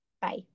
Bye